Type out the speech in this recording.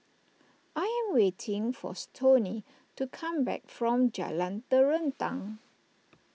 I am waiting for Stoney to come back from Jalan Terentang